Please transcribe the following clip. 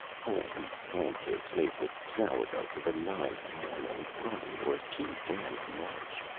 whole-wheat pancakes made with sourdough for the ninth morning running was too damned much!